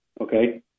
okay